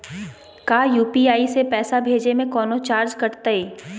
का यू.पी.आई से पैसा भेजे में कौनो चार्ज कटतई?